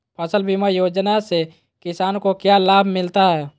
फसल बीमा योजना से किसान को क्या लाभ मिलता है?